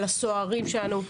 על הסוהרים שלנו,